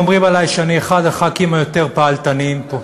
אומרים עלי שאני אחד חברי הכנסת היותר-פעלתניים פה.